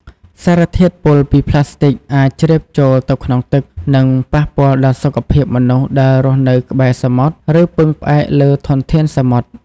សារធាតុពុលពីប្លាស្ទិក អាចជ្រាបចូលទៅក្នុងទឹក និងប៉ះពាល់ដល់សុខភាពមនុស្សដែលរស់នៅក្បែរសមុទ្រ ឬពឹងផ្អែកលើធនធានសមុទ្រ។